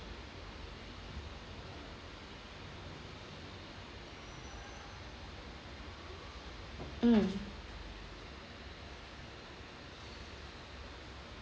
mm